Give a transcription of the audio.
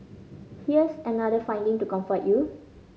here's another finding to comfort you